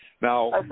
Now